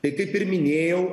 tai kaip ir minėjau